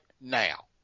now